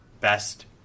best